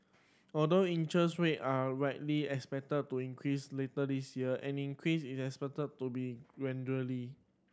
although interest rate are widely expected to increase later this year any increase is expected to be gradually